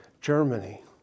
Germany